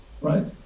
right